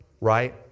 Right